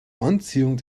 anziehung